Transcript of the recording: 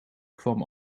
kwam